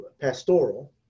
pastoral